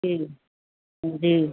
जी हाँ जी